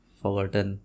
forgotten